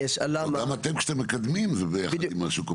גם אתם כשאתם מקדמים, זה ביחד עם השוק הפרטי.